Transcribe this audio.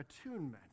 attunement